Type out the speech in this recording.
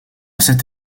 cette